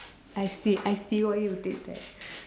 I see I see what you did there